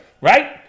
right